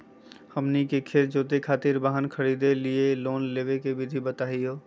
हमनी के खेत जोते खातीर वाहन खरीदे लिये लोन लेवे के विधि बताही हो?